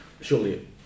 surely